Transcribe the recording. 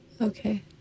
Okay